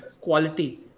quality